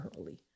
early